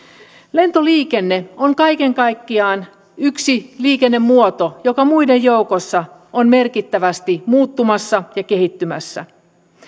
lentoliikenne on kaiken kaikkiaan yksi liikennemuoto joka muiden joukossa on merkittävästi muuttumassa ja kehittymässä